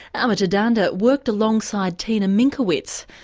amita dhanda worked alongside tina minkowitz,